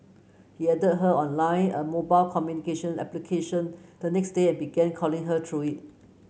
he added her on line a mobile communication application the next day and began calling her through it